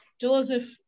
Joseph